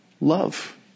Love